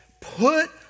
put